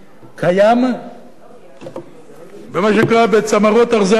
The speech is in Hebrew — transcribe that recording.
קיים במה שנקרא צמרות ארזי הלבנון,